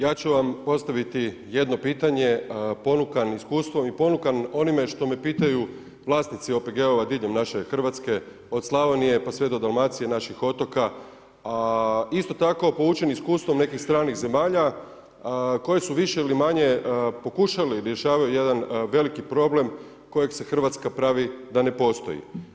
Ja ću vam postaviti jedno pitanje, ponukan iskustvom i ponukan onime što me pitaju vlasnici OPG-ova diljem naše Hrvatske, od Slavonije pa sve do Dalmacije, naših otoka, a isto tako poučen iskustvom nekih stranih zemalja koje su više ili manje pokušali rješavati jedan veliki problem kojeg se Hrvatska pravi da ne postoji.